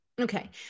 Okay